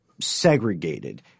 segregated